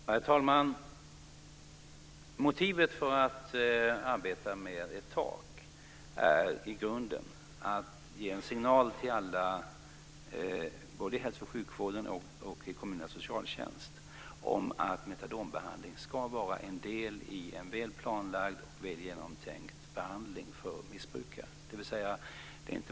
Herr talman! Motivet för att arbeta med ett tak är i grunden att ge en signal till alla, både i hälso och sjukvården och i kommunernas socialtjänst, om att metadonbehandling ska vara en del i en väl planlagd och väl genomtänkt behandling för missbrukare.